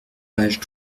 pages